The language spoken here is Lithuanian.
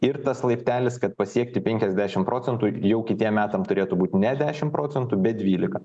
ir tas laiptelis kad pasiekti penkiasdešim procentų jau kitiem metam turėtų būt ne dešim procentų bet dvylika